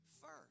first